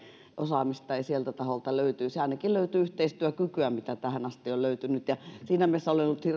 osaamista ei sieltä taholta löytyisi ainakin löytyy yhteistyökykyä niin kuin tähän asti on löytynyt siinä mielessä olen ollut